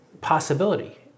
possibility